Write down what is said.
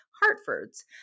Hartford's